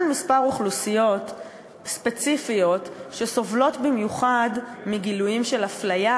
קבוצות אוכלוסייה ספציפיות שסובלות במיוחד מגילויים של הפליה,